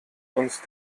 uns